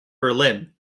berlin